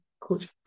Coach